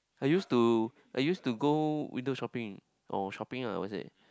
I used to I used to go window shopping or shopping ah I would say